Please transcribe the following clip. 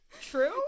true